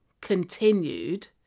continued